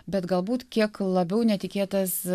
bet galbūt kiek labiau netikėtas